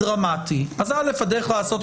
ברור לנו שהם יעמדו בחוק, זאת אמירה יפה.